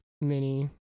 mini